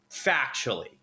factually